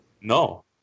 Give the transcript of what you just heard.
No